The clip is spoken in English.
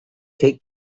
take